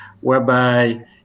Whereby